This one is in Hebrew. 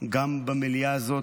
גם במליאה הזאת,